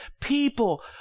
people